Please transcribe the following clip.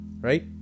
right